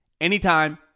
anytime